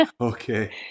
Okay